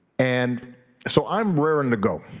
and so i'm raring to go.